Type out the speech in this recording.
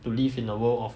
to live in a world of